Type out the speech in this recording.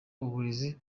uburezi